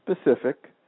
specific